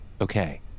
Okay